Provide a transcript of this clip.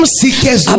seekers